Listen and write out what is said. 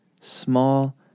small